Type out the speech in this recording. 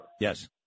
Yes